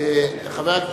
אז למה צריך את החוק?